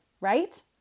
right